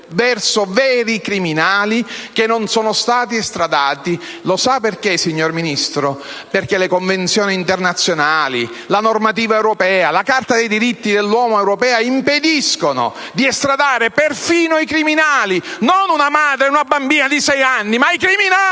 verso veri criminali che non sono stati estradati. Lo sa perché, signor Ministro? Perché le convenzioni internazionali, la normativa europea, la Convenzione europea dei diritti dell'uomo impediscono di estradare perfino i criminali: non una madre o una bambina di sei anni, ma i criminali